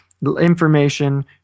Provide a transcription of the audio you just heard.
information